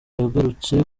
yagarutse